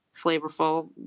flavorful